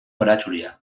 baratxuria